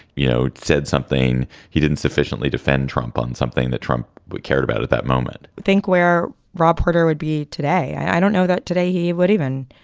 you know, it said something. he didn't sufficiently defend trump on something that trump cared about at that moment think where rob porter would be today. i don't know that today. he would even,